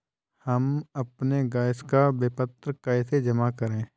हम अपने गैस का विपत्र कैसे जमा करें?